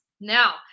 Now